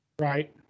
Right